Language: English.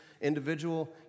individual